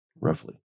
Roughly